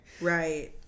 Right